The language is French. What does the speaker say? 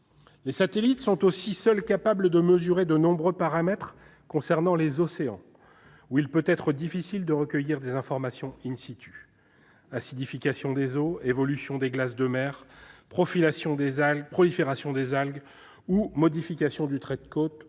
Les satellites sont aussi seuls capables de mesurer de nombreux paramètres concernant les océans, où il peut être difficile de recueillir des informations : acidification des eaux, évolution des glaces de mer, prolifération des algues ou modifications du trait de côte,